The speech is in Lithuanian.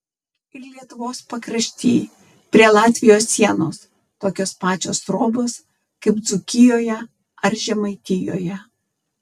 ir lietuvos pakrašty prie latvijos sienos tokios pačios trobos kaip dzūkijoje ar žemaitijoje